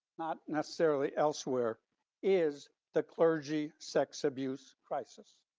not necessarily elsewhere is the clergy sex abuse crisis.